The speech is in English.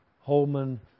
Holman